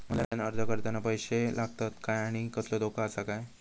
Online अर्ज करताना पैशे लागतत काय आनी कसलो धोको आसा काय?